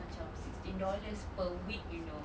macam sixteen dollars per week you know